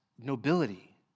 nobility